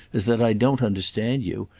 as that i don't understand you,